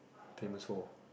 famous for